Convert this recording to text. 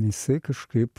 jisai kažkaip